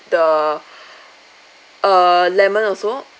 the err lemon also